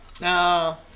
No